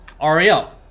Ariel